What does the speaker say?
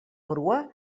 grua